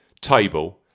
table